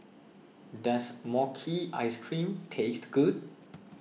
does Mochi Ice Cream taste good